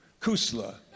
Kusla